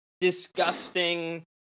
disgusting